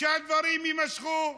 שהדברים שימשכו.